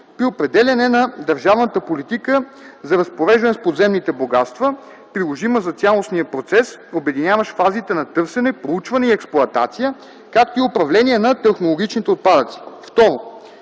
при определяне на държавната политика за разпореждане с подземните богатства, приложима за цялостния процес, обединяващ фазите на търсене, проучване и експлоатация, както и управление на технологичните отпадъци. 2.